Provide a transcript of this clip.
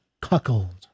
cuckold